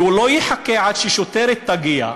והוא לא יחכה עד ששוטרת תגיע.